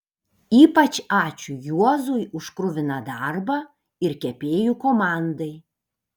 ypač ačiū juozui už kruviną darbą ir kepėjų komandai